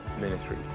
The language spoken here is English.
ministry